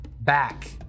back